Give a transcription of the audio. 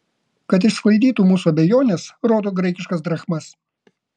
kad išsklaidytų mūsų abejones rodo graikiškas drachmas